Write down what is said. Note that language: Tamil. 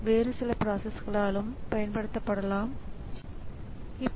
ஆனால் அந்த முறையில் கணினியின் செயல்திறன் குறைவாக இருக்கும்